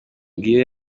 iyo